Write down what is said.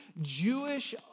Jewish